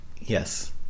Yes